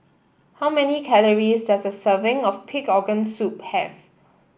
how many calories does a serving of Pig Organ Soup have